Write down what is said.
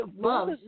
love